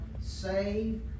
save